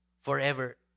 forever